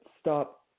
stop